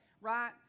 Right